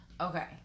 Okay